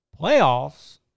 playoffs